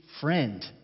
friend